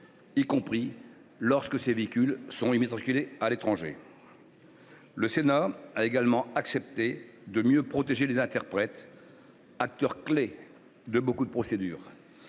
y compris lorsque ceux ci sont immatriculés à l’étranger. Le Sénat a également accepté de mieux protéger les interprètes, acteurs clés de nombre de procédures,